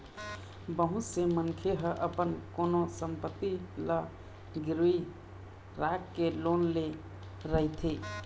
बहुत से मनखे ह अपन कोनो संपत्ति ल गिरवी राखके लोन ले रहिथे